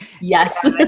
Yes